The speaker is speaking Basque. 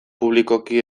publikoki